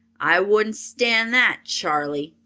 i wouldn't stand that, charley,